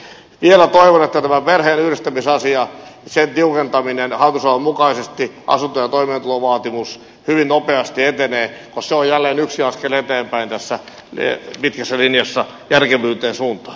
vielä toivon että tämän perheenyhdistämisasian tiukentaminen hallitusohjelman mukaisesti asunto ja toimeentulovaatimus hyvin nopeasti etenee koska se on jälleen yksi askel eteenpäin tässä pitkässä linjassa järkevyyden suuntaan